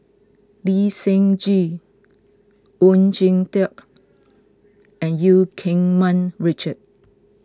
Lee Seng Gee Oon Jin Teik and Eu Keng Mun Richard